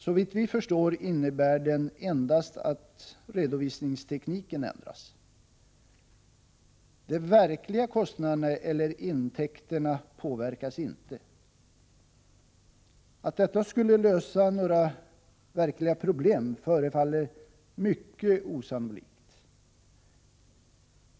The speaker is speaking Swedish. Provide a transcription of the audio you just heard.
Såvitt vi förstår innebär den endast att redovisningstekniken ändras — de verkliga kostnaderna eller intäkterna påverkas inte. Att detta skulle lösa några verkliga problem förefaller mycket osannolikt.